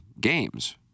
games